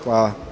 Hvala.